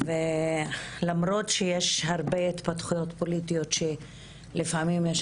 למרות שיש הרבה התפתחויות פוליטיות שלפעמים יש